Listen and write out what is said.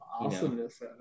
awesomeness